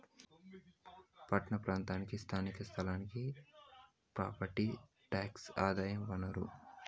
పట్టణ ప్రాంత స్థానిక సంస్థలకి ప్రాపర్టీ టాక్సే ఆదాయ వనరు